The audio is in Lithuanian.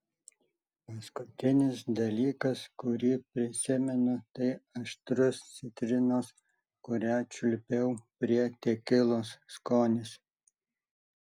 paskutinis dalykas kurį prisimenu tai aštrus citrinos kurią čiulpiau prie tekilos skonis